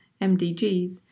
MDGs